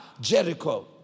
Jericho